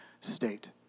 state